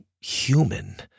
human